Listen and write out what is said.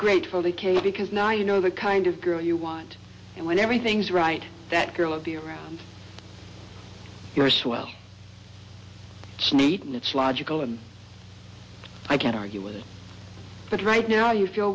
grateful they came because now you know the kind of girl you want and when everything's right that girl of the year you're swell it's neat and it's logical and i can't argue with it but right now you feel